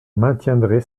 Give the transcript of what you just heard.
maintiendrai